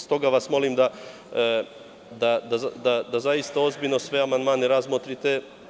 Stoga vas molim da zaista ozbiljno sve amandmane razmotrite.